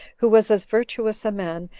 who was as virtuous a man,